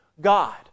God